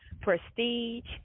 prestige